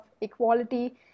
equality